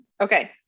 Okay